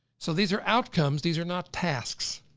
so these are outcomes, these are not tasks.